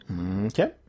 Okay